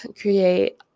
create